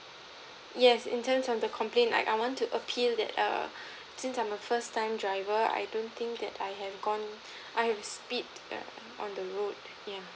yes in terms on the complain I I want to appeal that err since I'm a first time driver I don't think that I have gone I've speed err on the road yeah